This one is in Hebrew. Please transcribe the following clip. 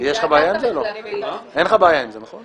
אין לך בעיה עם זה, נכון?